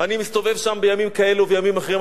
אני מסתובב שם בימים כאלו ובימים אחרים.